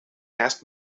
asked